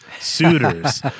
suitors